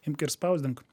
imk ir spausdink